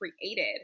created